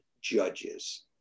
judges